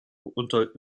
unter